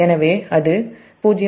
எனவே அது j0